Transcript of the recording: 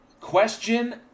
Question